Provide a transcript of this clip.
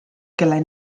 kelle